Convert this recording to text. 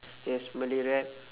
yes malay rap